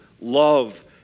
love